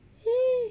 !hey!